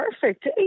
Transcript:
perfect